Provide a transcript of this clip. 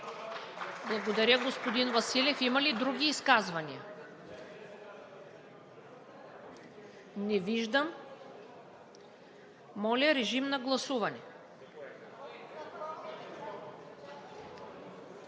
Благодаря, господин Василев. Има ли други изказвания? Не виждам. Моля, режим на гласуване.